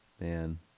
man